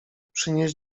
przynieś